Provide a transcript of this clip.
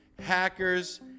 Hackers